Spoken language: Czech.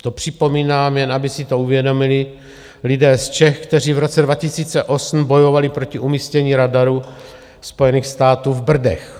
To připomínám, jen aby si to uvědomili lidé z Čech, kteří v roce 2008 bojovali proti umístění radaru Spojených států v Brdech.